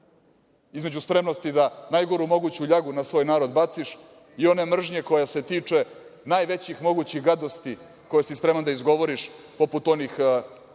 između spremnosti da najgoru moguću ljagu na svoj narod baciš i one mržnje koja se tiče najvećih mogućih gadosti koje si spreman da izgovoriš, poput onih